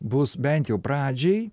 bus bent jau pradžiai